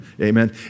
Amen